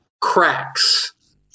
cracks